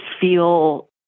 feel